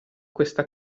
questa